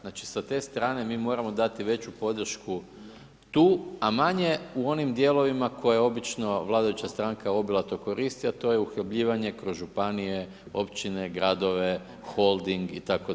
Znači sa te strane mi moramo dati veću podršku tu a manje u onim dijelovima koje obično vladajuća stranka obilato koristi a to je uhljebljivanje kroz županije, općine, gradove, Holding itd.